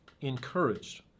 encouraged